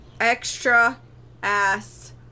extra-ass